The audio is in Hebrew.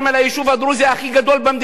היישוב הדרוזי הכי גדול במדינה,